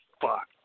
fuck